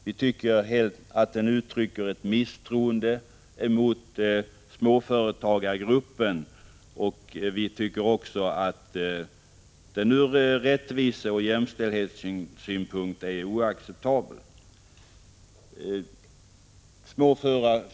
Vi anser att den uttrycker ett misstroende mot småföretagargruppen och att den ur rättviseoch jämställdhetssynpunkt är oacceptabel.